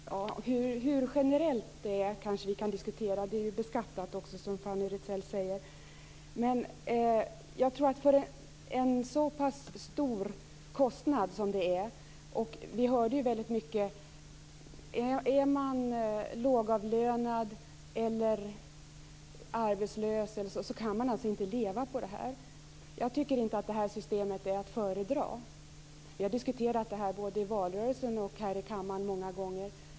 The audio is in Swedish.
Fru talman! Hur generellt det är kanske vi kan diskutera. Det är beskattat också, som Fanny Rizell säger. Men det är en stor kostnad. Är man lågavlönad eller arbetslös kan man alltså inte leva på det här. Jag tycker inte att det systemet är att föredra. Vi har diskuterat frågan både i valrörelsen och här i kammaren många gånger.